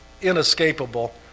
inescapable